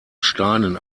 steinen